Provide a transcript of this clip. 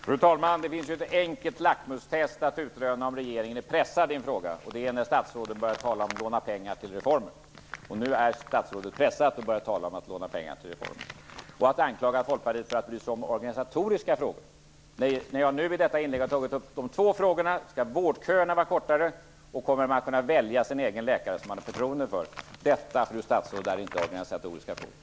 Fru talman! Det finns ett enkelt lackmustest för att utröna om regeringen är pressad i en fråga, och det är att höra om statsråden börjar tala om att låna pengar till reformer. Nu är statsrådet pressat och börjar tala om att låna pengar till reformer. Statsrådet anklagar Folkpartiet för att bry sig om organisatoriska frågor, när jag i mitt inlägg tog upp de två frågorna om vårdköerna skall vara kortare och om man skall kunna välja en egen läkare som man har förtroende för. Detta, fru statsråd, är inga organisatoriska frågor!